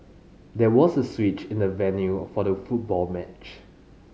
there was a switch in the venue for the football match